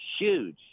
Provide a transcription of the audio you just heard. huge